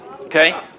Okay